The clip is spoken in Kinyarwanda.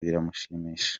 biramushimisha